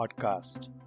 podcast